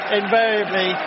invariably